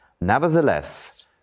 Nevertheless